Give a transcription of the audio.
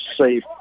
safe